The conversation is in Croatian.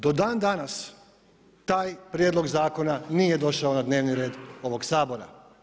Do dan danas taj prijedlog zakona nije došao na dnevni red ovog Sabora.